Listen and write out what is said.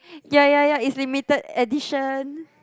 ya ya ya it's limited edition